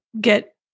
get